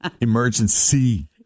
Emergency